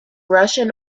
russian